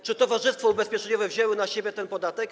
Czy towarzystwa ubezpieczeniowe wzięły na siebie ten podatek?